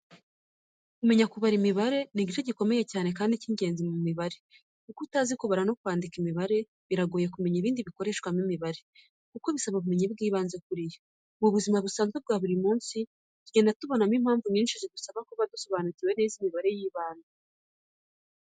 Kumenya kubara imibare ni igice gikomeye cyane kandi cy'ingenzi mu mibare kuko utazi kubara no kwandika imibare biragoye kumenya ibindi bikoreshwamo imibare kuko bisaba ubumenyi bw'ibanze kuri yo. Mu buzima busanzwe bwa buri munsi tugenda tubonamo impamvu nyinshi zidusaba kuba dusobanukiwe neza imibare y'ibanze.